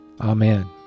Amen